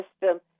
system